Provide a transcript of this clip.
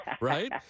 right